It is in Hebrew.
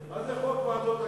מה זה חוק ועדות הקבלה?